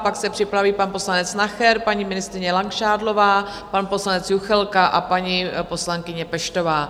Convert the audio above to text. Pak se připraví pan poslanec Nacher, paní ministryně Langšádlová, pan poslanec Juchelka a paní poslankyně Peštová.